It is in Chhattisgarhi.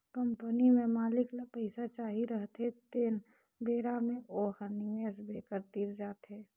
कंपनी में मालिक ल पइसा चाही रहथें तेन बेरा म ओ ह निवेस बेंकर तीर जाथे